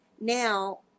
Now